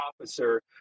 officer